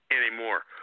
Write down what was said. anymore